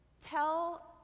Tell